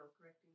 correcting